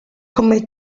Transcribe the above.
come